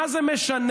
מה זה משנה?